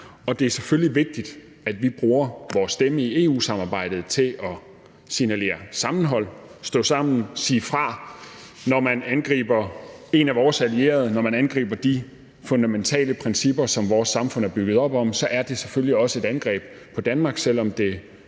det er selvfølgelig vigtigt, at vi bruger vores stemme i EU-samarbejdet til at signalere sammenhold, stå sammen, sige fra. Når man angriber en af vores allierede, når man angriber de fundamentale principper, som vores samfund er bygget op om, så er det selvfølgelig også et angreb på Danmark, selv om det –